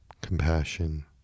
Compassion